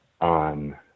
on